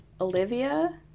Olivia